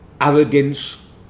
Arrogance